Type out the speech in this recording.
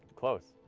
close.